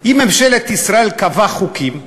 אם ממשלת ישראל קבעה חוקים ועכשיו,